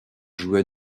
jouait